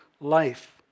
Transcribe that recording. life